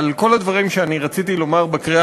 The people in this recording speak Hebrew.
אבל כל הדברים שרציתי לומר בקריאה